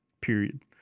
period